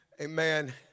Amen